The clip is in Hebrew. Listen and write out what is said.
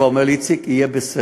נתן כתף ואומר לי: איציק, יהיה בסדר.